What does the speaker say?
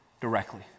directly